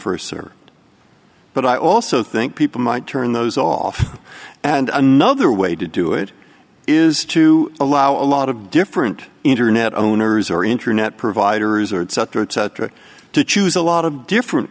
first serve but i also think people might turn those off and another way to do it is to allow a lot of different internet owners or internet providers or at sutter etc to choose a lot of different